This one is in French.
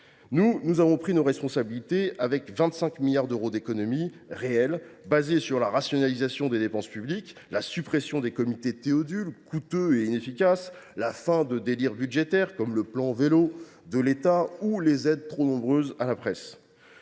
nous, nous avons pris nos responsabilités en proposant 25 milliards d’euros d’économies réelles, gagées sur la rationalisation des dépenses publiques, la suppression des comités Théodule coûteux et inefficaces, la fin de délires budgétaires comme le plan Vélo de l’État ou les trop nombreuses aides à la presse.